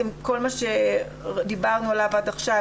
כל מה שדיברנו עליו עד עכשיו,